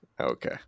Okay